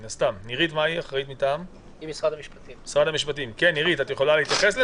נירית, את יכולה להתייחס לזה?